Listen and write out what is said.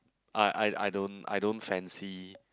I I I don't I don't fancy